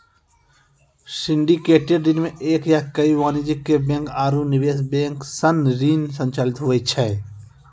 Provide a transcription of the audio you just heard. syndicated ऋण मे एक या कई वाणिज्यिक बैंक आरू निवेश बैंक सं ऋण संचालित हुवै छै